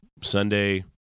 Sunday